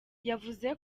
yavuze